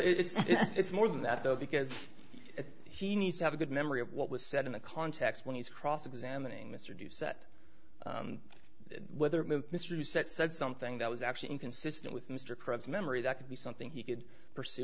but it's more than that though because he needs to have a good memory of what was said in the context when he was cross examining mr doucet whether move mr you said said something that was actually inconsistent with mr krebs memory that could be something he could pursue